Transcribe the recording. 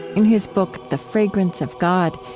in his book the fragrance of god,